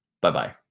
Bye-bye